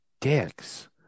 dicks